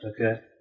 Okay